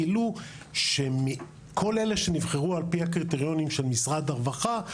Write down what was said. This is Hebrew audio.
גילו שמכל אלה שנבחרו על פי הקריטריונים של משרד הרווחה,